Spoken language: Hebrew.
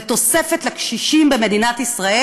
ותוספת לקשישים במדינת ישראל,